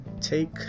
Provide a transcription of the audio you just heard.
take